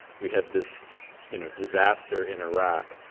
we have this you know disaster in iraq.